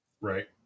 Right